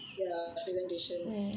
ya presentation lah